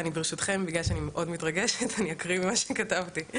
בגלל שאני מאוד מתרגשת, אני אקריא מה שכתבתי.